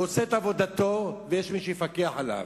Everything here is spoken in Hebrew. הוא עושה את עבודתו ויש מי שיפקח עליו.